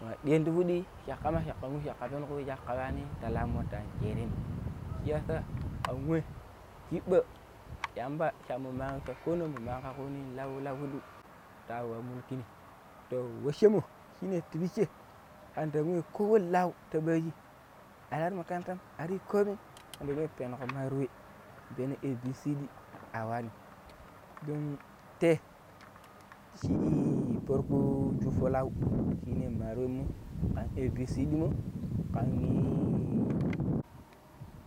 ﻿wa diyen ti piddi shakkama shaka wei shaka peneƙo wei shaka wani ti laamo ta anjereni shiyasa kanwei shibba Yamba sha mun man kaa kuni kiji lau laƙidiu awa mulki ni to washemo shine tibishe kan dan wei ko lau ta booji ar rari makarantam ariyi komai kanda we peneƙo mari wei peno ABCD a wani don tei shi farko shuppo lau shinne maru weimo kan ABCD mo kan yiii